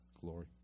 glory